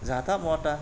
जाहाथाहा महाथाहा